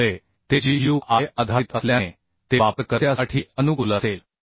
त्यामुळे ते GUI आधारित असल्याने ते वापरकर्त्यासाठी अनुकूल असेल